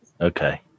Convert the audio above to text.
Okay